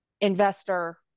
investor